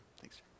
Thanks